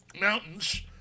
Mountains